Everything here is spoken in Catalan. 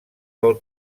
del